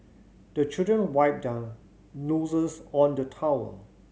the children wipe their noses on the towel